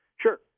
sure